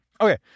Okay